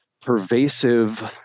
pervasive